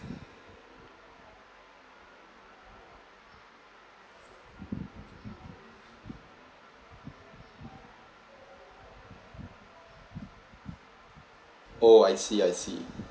oh I see I see